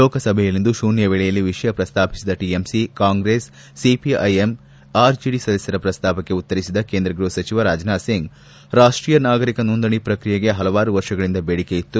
ಲೋಕಸಭೆಯಲ್ಲಿಂದು ಶೂನ್ಲ ವೇಳೆಯಲ್ಲಿ ವಿಷಯ ಪ್ರಸ್ತಾಪಿಸಿದ ಟಿಎಂಸಿ ಕಾಂಗ್ರೆಸ್ ಸಿಪಿಐಎಂ ಆರ್ಜೆಡಿ ಸದಸ್ಯರ ಪ್ರಸ್ತಾಪಕ್ಕೆ ಉತ್ತರಿಸಿದ ಕೇಂದ್ರ ಗ್ವಹ ಸಚಿವ ರಾಜನಾಥ್ ಸಿಂಗ್ ರಾಷ್ಷೀಯ ನಾಗರಿಕ ನೊಂದಣಿ ಪ್ರಕ್ರಿಯೆಗೆ ಹಲವಾರು ವರ್ಷಗಳಿಂದ ಬೇಡಿಕೆಯಿತ್ತು